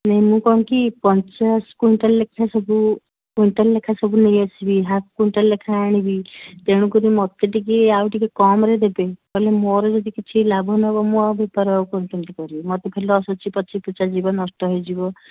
ନାଇଁ ମୁଁ କ'ଣ କି ପଚାଶ କ୍ୱିଣ୍ଟାଲ୍ ଲେଖାଁ ସବୁ କ୍ୱିଣ୍ଟାଲ୍ ଲେଖାଁ ସବୁ ନେଇ ଆସିବି ହାପ୍ କ୍ୱିଣ୍ଟାଲ୍ ଲେଖାଁ ଆଣିବି ତେଣୁକରି ମୋତେ ଟିକିଏ ଆଉ ଟିକିଏ କମ୍ରେ ଦେବେ ହେଲେ ମୋର ଯଦି କିଛି ଲାଭ ନ ହବ ମୁଁ ଆଉ ବେପାର ଆଉ କେମିତି କରିବି ମୋର ତ ଲସ୍ ଅଛି ପଚିପୁଚା ଯିବ ନଷ୍ଟ ହେଇଯିବ